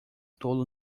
tolo